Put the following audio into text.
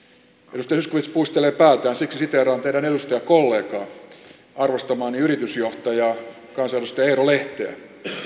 edustaja zyskowicz puistelee päätään siksi siteeraan teidän edustajakollegaanne arvostamaani yritysjohtaja kansanedustaja eero lehteä